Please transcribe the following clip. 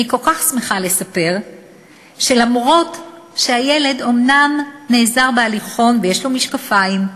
אני כל כך שמחה לספר שלמרות שהילד אומנם נעזר בהליכון ויש לו משקפיים,